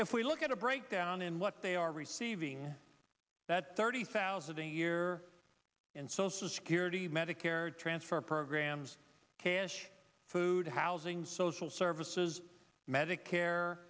if we look at a breakdown in what they are receiving that's thirty thousand a year and social security medicare transfer programs cash food housing social services medicare